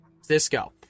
Cisco